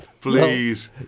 please